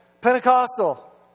Pentecostal